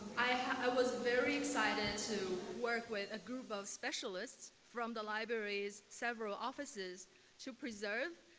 i was very excited to work with a group of specialists from the library's several offices to preserve,